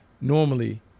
Normally